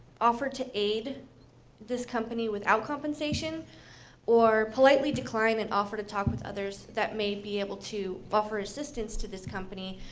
offer to aid this company without compensation or politely decline and offer to talk with others that maybe able to offer assistance to this company.